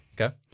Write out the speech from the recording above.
Okay